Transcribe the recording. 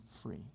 free